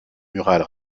murales